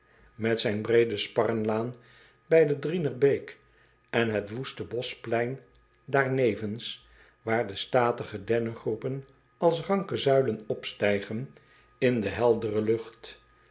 met zijn breede sparrenlaan bij de rienerbeek en het woeste boschplein daarnevens waar de statige dennengroepen als ranke zuilen opstijgen in de heldere lucht